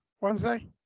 Wednesday